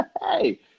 hey